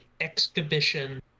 exhibition